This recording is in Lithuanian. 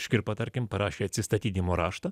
škirpa tarkim parašė atsistatydinimo raštą